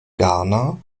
ghana